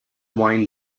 wine